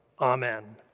Amen